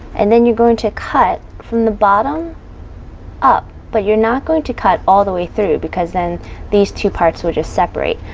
and then you're going to cut from the bottom up but you're not going to cut all the way through it because then these two parts will just separate.